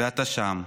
ואתה שם.